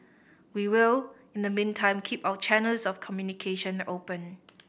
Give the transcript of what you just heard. we will in the meantime keep our channels of communication open